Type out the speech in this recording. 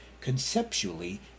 conceptually